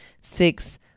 six